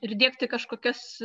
ir diegti kažkokias